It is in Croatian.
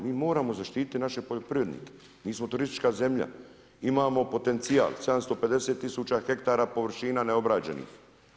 Mi moramo zaštiti naše poljoprivrednike, mi smo turistička zemlja, imamo potencijal, 750000 hektara površina neobrađenih.